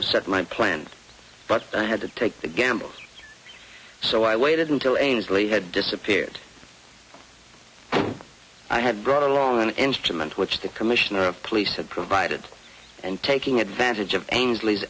have set my plans but i had to take the gamble so i waited until ainslie had disappeared i had brought along an instrument which the commissioner of police had provided and taking advantage of a